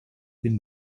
been